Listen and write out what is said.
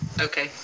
Okay